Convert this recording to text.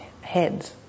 heads